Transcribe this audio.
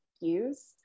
use